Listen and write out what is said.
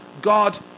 God